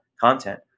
content